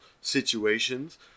situations